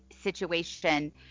situation